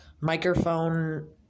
microphone